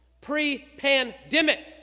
Pre-pandemic